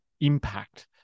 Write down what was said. impact